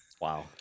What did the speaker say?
Wow